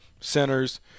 centers